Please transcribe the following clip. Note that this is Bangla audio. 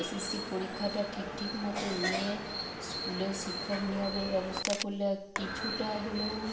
এস এস সি পরীক্ষাটা ঠিক ঠিক মতো নিয়ে স্কুলে শিক্ষক নিয়োগের ব্যবস্তা করলে কিছুটা হলেও